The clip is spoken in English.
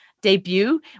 debut